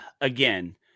again